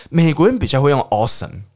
美国人比较会用awesome